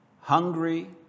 hungry